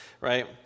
right